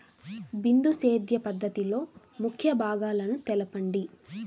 బిందు సేద్య పద్ధతిలో ముఖ్య భాగాలను తెలుపండి?